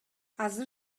азыр